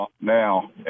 now